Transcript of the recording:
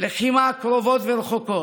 לחימה קרובות ורחוקות.